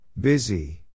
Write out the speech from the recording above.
Busy